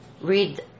read